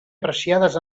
apreciades